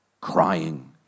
crying